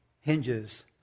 hinges